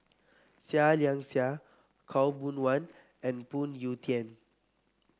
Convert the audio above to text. Seah Liang Seah Khaw Boon Wan and Phoon Yew Tien